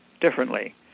differently